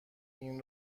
این